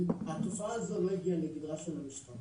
האכיפה הזו לא הגיעה לגדרה של המשטרה